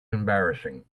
embarrassing